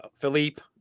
Philippe